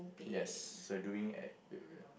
yes so doing at